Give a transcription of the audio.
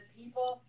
people